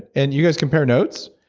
and you guys compare notes,